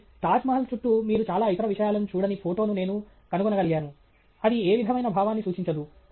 కాబట్టి తాజ్ మహల్ చుట్టూ మీరు చాలా ఇతర విషయాలను చూడని ఫోటోను నేను కనుగొనగలిగాను అది ఏ విధమైన భావాన్ని సూచించదు